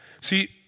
See